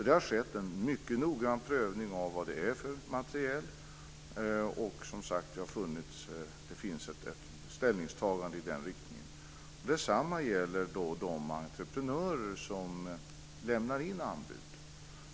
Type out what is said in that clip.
Det har skett en mycket noggrann prövning av vad det är för materiel. Det finns som sagt ett ställningstagande i den riktningen. Detsamma gäller de entreprenörer som lämnar in anbud.